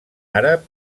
àrab